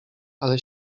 ale